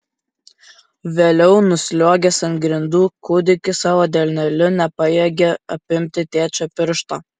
vėliau nusliuogęs ant grindų kūdikis savo delneliu nepajėgė apimti tėčio piršto